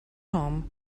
home